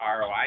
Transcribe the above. ROI